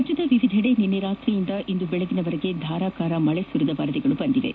ರಾಜ್ಯದ ವಿವಿಧೆಡೆ ನಿನ್ನೆ ರಾತ್ರಿಯಿಂದ ಇಂದು ಬೆಳಗಿನವರೆಗೆ ಧಾರಾಕಾರ ಮಳೆ ಸುರಿದ ವರದಿಗಳು ಬಂದಿವೆ